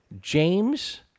James